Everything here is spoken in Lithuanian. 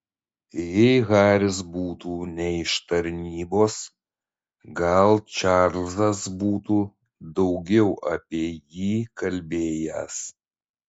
jei haris būtų ne iš tarnybos gal čarlzas būtų daugiau apie jį kalbėjęs